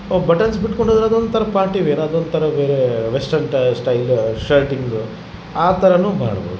ಒ buttons ಬಿಟ್ಕೊಂಡು ಹೋದ್ರೆ ಅದೊಂಥರ ಪಾರ್ಟಿವೇರ್ ಅದೊಂಥರ ಬೇರೇ ವೆಸ್ಟನ್ ಸ್ಟೈಲ್ ಶರ್ಟಿಂಗ್ ಆ ಥರ ಮಾಡ್ಬೋದು